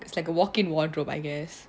it's like a walk in wardrobe I guess